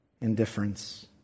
indifference